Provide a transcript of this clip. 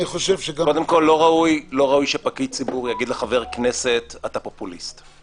קודם כל לא ראוי שפקיד ציבור יגיד לחבר כנסת "אתה פופוליסט".